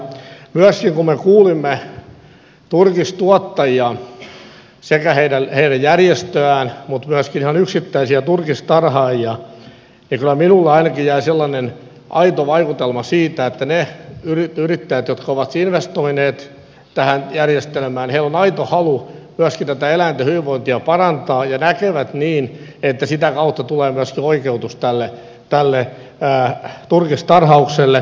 myöskin kun me kuulimme turkistuottajia sekä heidän järjestöään että myöskin ihan yksittäisiä turkistarhaajia niin kyllä minulla ainakin jäi sellainen aito vaikutelma siitä että niillä yrittäjillä jotka ovat investoineet tähän järjestelmään on aito halu myöskin tätä eläinten hyvinvointia parantaa ja he näkevät niin että sitä kautta tulee myöskin oikeutus tälle turkistarhaukselle